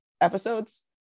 episodes